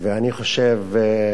ואני חושב,